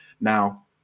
Now